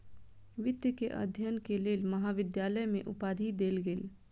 वित्त के अध्ययन के लेल महाविद्यालय में उपाधि देल गेल